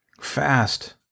Fast